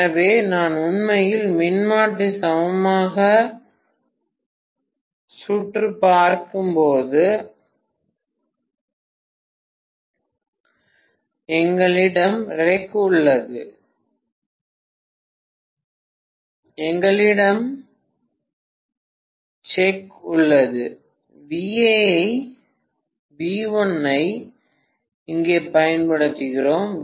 எனவே நாம் உண்மையில் மின்மாற்றி சமமான சுற்று பார்க்கும்போது எங்களிடம் ரெக் உள்ளது எங்களிடம் செக் உள்ளது V1 ஐ இங்கே பயன்படுத்துகிறோம்